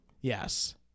Yes